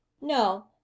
no